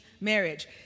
marriage